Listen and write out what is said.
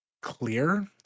clear